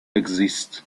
exist